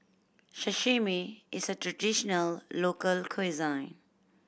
sashimi is a traditional local cuisine